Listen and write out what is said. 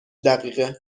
دقیقه